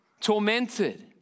tormented